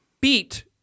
beat